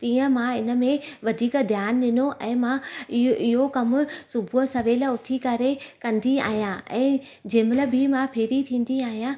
तीअं मां हिनमें वधीक ध्यानु ॾिनो ऐं मां इयो इयो कमु सुबुह सवेल उथी करे कंदी आहियां ऐं जंहिंमहिल बि मां फ्री थींदी आहियां